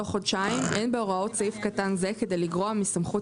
אין בהוראות סעיף קטן זה כדי לגרוע מסמכות